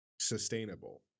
sustainable